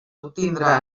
obtindre